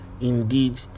indeed